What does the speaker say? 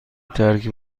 ترک